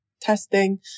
testing